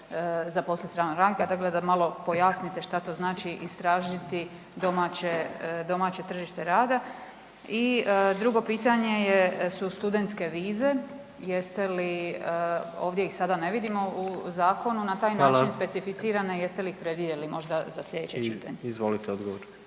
zaposliti stranog radnika, dakle da malo pojasnite što to znači istražiti domaće tržište rada. I drugo pitanje je su studentske vize. Jeste li, ovdje ih sada ne vidimo u zakonu na taj način specificirane, .../Upadica: Hvala./... jeste li ih predvidjeli možda za sljedeće čitanje? **Jandroković,